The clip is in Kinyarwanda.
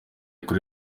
kuri